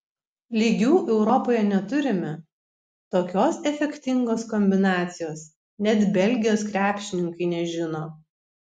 lygių europoje neturime tokios efektingos kombinacijos net belgijos krepšininkai nežino